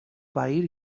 país